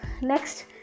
next